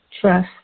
Trust